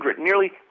nearly